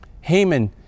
Haman